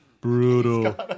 Brutal